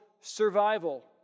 survival